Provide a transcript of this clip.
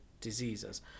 diseases